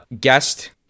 guest